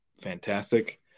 fantastic